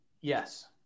Yes